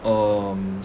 um